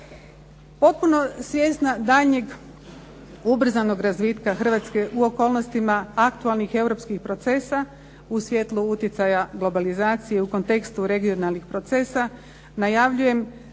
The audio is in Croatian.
Potpuno svjesna daljnjeg ubrzanog razvitka Hrvatske u okolnostima aktualnih europskih procesa u svjetlu utjecaja globalizacije, u kontekstu regionalnih procesa najavljujem